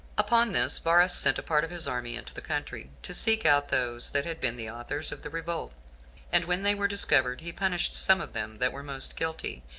upon this, varus sent a part of his army into the country, to seek out those that had been the authors of the revolt and when they were discovered, he punished some of them that were most guilty,